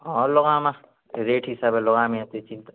ହଁ ଲଗାମା ରେଟ୍ ହିସାବରେ ଲଗାମି ଏ